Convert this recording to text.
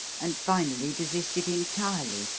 and finally desisted entirely.